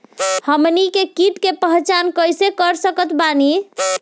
हमनी के कीट के पहचान कइसे कर सकत बानी?